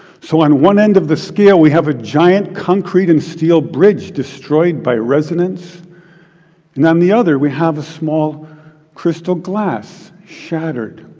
so on one end of the scale, we have a giant concrete and steel bridge destroyed by resonance and on the other, we have a small crystal glass, shattered.